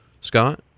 Scott